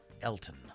Elton